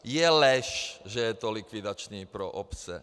Je lež, že je to likvidační pro obce.